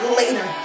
later